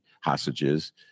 hostages